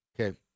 Okay